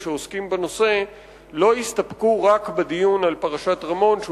שעוסקים בנושא לא יסתפקו רק בדיון על פרשת רמון,